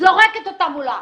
זורקת אותם מולה.